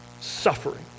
suffering